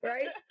Right